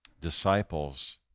disciples